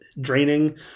draining